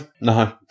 no